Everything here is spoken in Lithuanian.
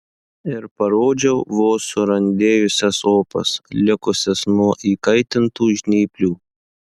ir parodžiau vos surandėjusias opas likusias nuo įkaitintų žnyplių